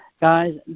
Guys